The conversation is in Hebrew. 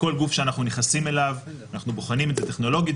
בכל גוף שאנחנו נכנסים אליו אנחנו בוחנים את זה טכנולוגית,